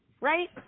right